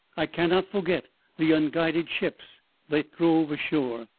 i cannot forget the unguided ships that drove ashore,